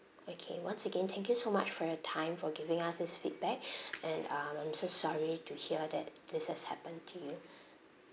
okay once again thank you so much for your time for giving us this feedback and um I'm so sorry to hear that this has happened to you